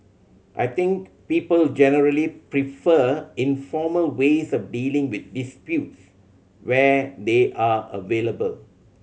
I think people generally prefer informal ways of dealing with disputes where they are available